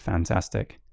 Fantastic